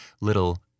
little